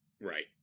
right